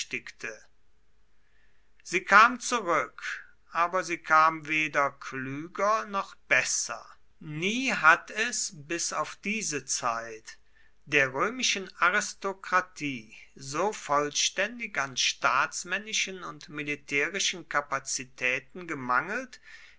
sie kam zurück aber sie kam weder klüger noch besser nie hat es bis auf diese zeit der römischen aristokratie so vollständig an staatsmännischen und militärischen kapazitäten gemangelt